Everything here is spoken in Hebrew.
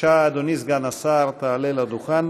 אדוני סגן השר, תעלה לדוכן